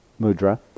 mudra